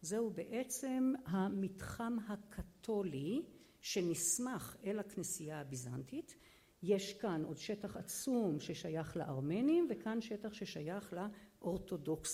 זהו בעצם המתחם הקתולי שנסמך אל הכנסייה הביזנטית. יש כאן עוד שטח עצום ששייך לארמנים וכאן שטח ששייך לאורתודוקסטים